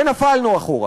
ונפלנו אחורה,